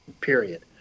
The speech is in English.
period